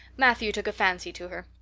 matthew took a fancy to her.